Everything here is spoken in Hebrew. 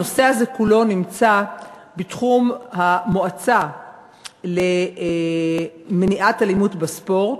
הנושא הזה כולו נמצא בתחום המועצה למניעת אלימות בספורט.